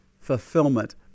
fulfillment